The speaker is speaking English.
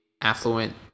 affluent